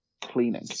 cleaning